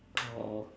oh